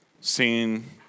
seen